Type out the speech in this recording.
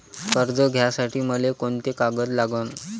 कर्ज घ्यासाठी मले कोंते कागद लागन?